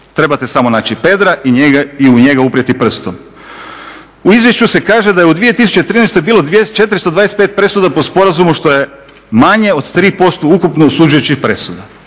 trebate samo naći Pedra i u njega uprijeti prstom. U izvješću se kaže da je u 2013. bilo 425 presuda po sporazumu što je manje od 3% ukupno osuđujućih presuda.